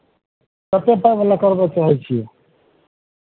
कतेक पाइवला करबय चाहै छियै